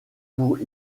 pour